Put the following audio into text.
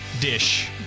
dish